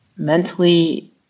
Mentally